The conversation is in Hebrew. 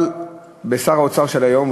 אבל שר האוצר של היום,